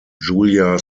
julia